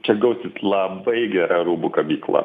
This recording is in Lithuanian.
čia gausis labai gera rūbų kabykla